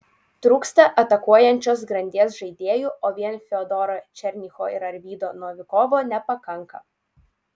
trūksta atakuojančios grandies žaidėjų o vien fiodoro černycho ir arvydo novikovo nepakanka